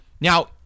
Now